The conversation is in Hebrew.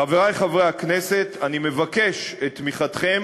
חברי חברי הכנסת, אני מבקש את תמיכתכם